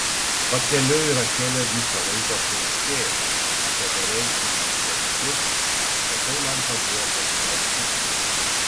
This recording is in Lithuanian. pakeliui rachelė visą laiką čiauškėjo apie bereikšmius dalykus bet tai man padėjo prasiblaškyti